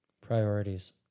Priorities